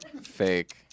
Fake